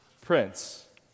Prince